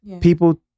people